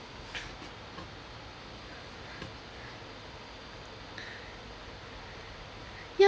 yeah